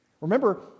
Remember